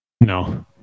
No